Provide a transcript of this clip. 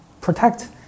protect